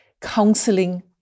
counseling